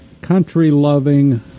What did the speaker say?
country-loving